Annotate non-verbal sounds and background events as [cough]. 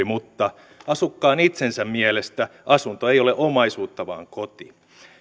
[unintelligible] mutta asukkaan itsensä mielestä asunto ei ole omaisuutta vaan koti